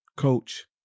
Coach